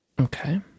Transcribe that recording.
Okay